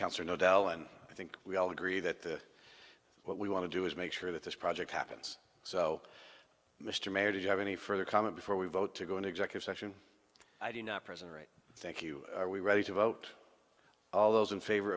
cancer no dell and i think we all agree that what we want to do is make sure that this project happens so mr mayor do you have any further comment before we vote to go into executive session i do not present right thank you are we ready to vote all those in favor